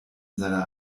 seiner